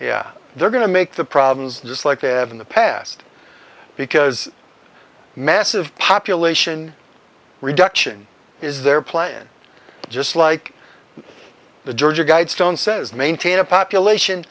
yeah they're going to make the problems just like they have in the past because massive population reduction is their plan just like the georgia guidestones says maintain a population